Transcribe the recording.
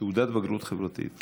תעודת בגרות חברתית.